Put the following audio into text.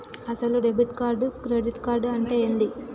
అసలు debit card credit card అంటే ఏంది?